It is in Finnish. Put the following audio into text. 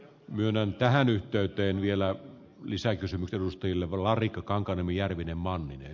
myönnän tähän yhteyteen vielä lisää kyse mutta ei levola riikka kankaremi järvinen manninen